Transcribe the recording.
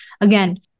again